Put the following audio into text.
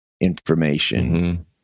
information